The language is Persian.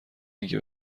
اینکه